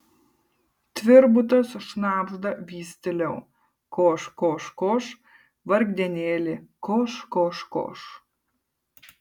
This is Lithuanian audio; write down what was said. tvirbutas šnabžda vis tyliau koš koš koš vargdienėli koš koš koš